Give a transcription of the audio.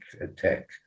attack